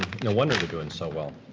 no wonder they're doing so well.